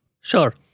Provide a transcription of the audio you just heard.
Sure